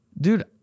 Dude